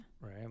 right